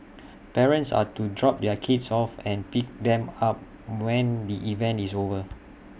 parents are to drop their kids off and pick them up when the event is over